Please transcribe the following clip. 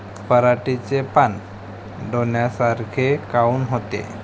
पराटीचे पानं डोन्यासारखे काऊन होते?